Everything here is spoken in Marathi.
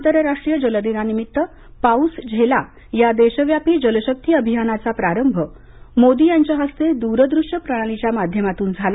आंतरराष्ट्रीय जलदिना निमित्त पाऊस झेला या देशव्यापी जलशक्ती अभियानाचा प्रारंभ मोदी यांच्या हस्ते दूरदृश्य प्रणालीच्या माध्यमातून झाला